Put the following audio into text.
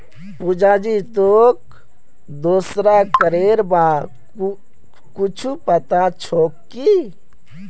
पुजा जी, तोक दूसरा करेर बार कुछु पता छोक की